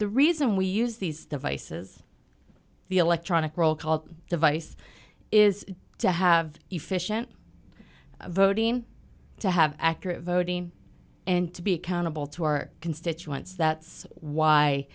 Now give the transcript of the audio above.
the reason we use these devices the electronic roll call device is to have efficient voting to have accurate voting and to be accountable to our constituents that's why